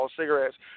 cigarettes